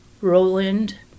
Roland